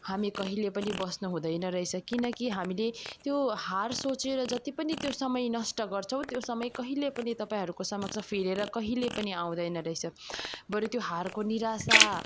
हामी कहिले पनि बस्नु हुँदैन रहेछ किनकि हामीले त्यो हार सोचेर जति पनि त्यो समय नष्ट गर्छौँ त्यो समय कहिले पनि तपाईँहरूको समक्ष फिरेर कहिले पनि आउँदैन रहेछ बरु त्यो हारको निरासा